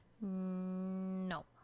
No